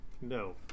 No